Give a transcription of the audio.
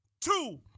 two